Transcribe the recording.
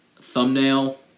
thumbnail